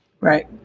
Right